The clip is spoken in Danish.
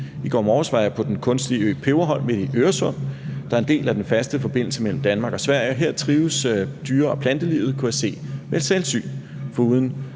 I går morges var jeg på den kunstige ø Peberholm i Øresund, der er en del af den faste forbindelse mellem Danmark og Sverige, og her trives dyre- og plantelivet, kunne jeg se ved selvsyn.